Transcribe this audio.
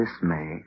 dismay